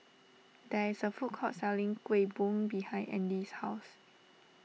there is a food court selling Kuih Bom behind andy's house